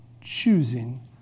choosing